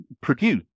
produce